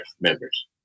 members